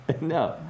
no